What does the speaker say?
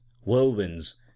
whirlwinds